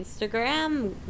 Instagram